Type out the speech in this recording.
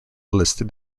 listed